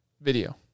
video